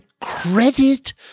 credit